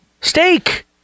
Steak